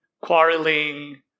quarreling